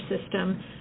system